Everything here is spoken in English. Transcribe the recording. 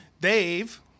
Dave